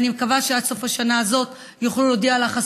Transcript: ואני מקווה שעד סוף השנה הזאת הספורטאים